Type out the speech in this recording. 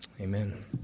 Amen